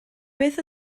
beth